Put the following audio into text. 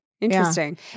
Interesting